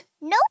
Nope